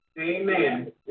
Amen